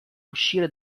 uscire